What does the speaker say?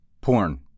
Porn